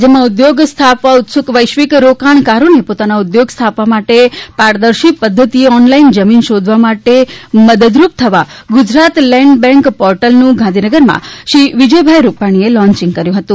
રાજ્યમાં ઉદ્યોગ સ્થાપવા ઉત્સુક વૈશ્વિક રોકાણકારોને પોતાનો ઉદ્યોગ સ્થાપવા માટે પારદર્શી પદ્ધતિએ ઓનલાઈન જમીન શોધવા માટે મદદરૂપ થવા ગુજરાત લેન્ડ બેન્ક પોર્ટલનું ગાંધીનગરમાં મુખ્યમંત્રી શ્રી વિજય રૂપાણીએ લોન્ચિંગ કર્યું હતું